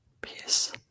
peace